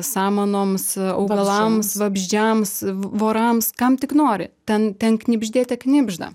samanoms augalams vabzdžiams vorams kam tik nori ten ten knibždėte knibžda